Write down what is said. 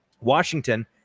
Washington